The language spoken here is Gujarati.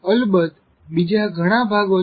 અલબત્ત બીજા ઘણા ભાગો છે